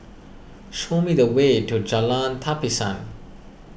show me the way to Jalan Tapisan